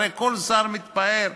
הרי כל שר מתפאר,